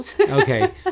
Okay